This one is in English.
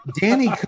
Danny